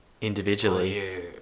individually